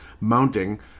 mounting